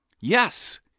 Yes